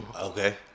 Okay